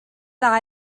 dda